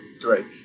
Drake